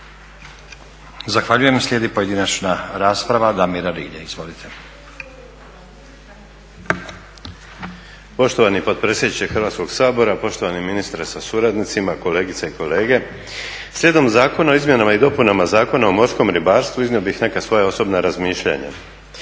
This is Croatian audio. Zahvaljujem. Slijedi pojedinačna rasprava Damira Rilje, izvolite.